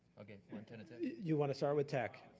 ok, montana tech? you wanna start with tech?